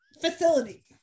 facility